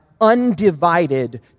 undivided